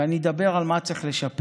ואני אדבר על מה צריך לשפר\